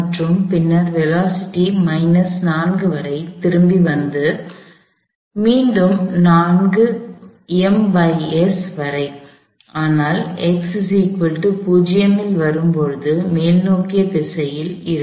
மற்றும் பின்னர் வேலோஸிட்டி வரை திரும்பி வந்து வரை மீண்டும் வரை ஆனால் ல் வரும்போது மேல்நோக்கிய திசையில் இருக்கும்